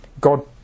God